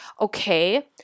okay